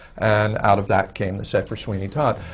and out of that came the set for sweeney todd.